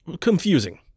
Confusing